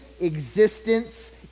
existence